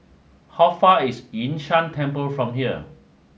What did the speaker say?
how far away is Yun Shan Temple from here